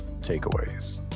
takeaways